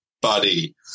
buddy